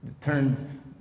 turned